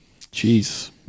Jeez